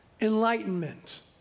enlightenment